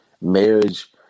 marriage